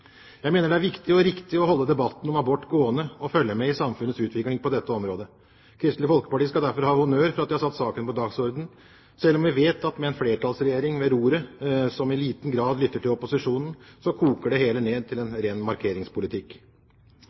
Jeg mener det er viktig og riktig å holde debatten om abort gående og følge med i samfunnets utvikling på dette området. Kristelig Folkeparti skal derfor ha honnør for at de har satt saken på dagsordenen, selv om vi vet at med en flertallsregjering ved roret, som i liten grad lytter til opposisjonen, koker det hele ned til en ren markeringspolitikk.